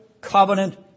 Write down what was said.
covenant